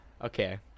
Okay